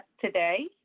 today